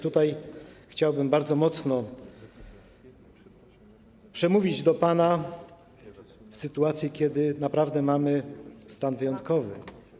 Tutaj chciałbym bardzo mocno przemówić do pana w sytuacji, kiedy naprawdę mamy stan wyjątkowy.